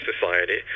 Society